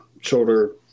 shoulder